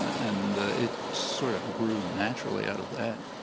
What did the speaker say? and it sort of grew naturally out of that.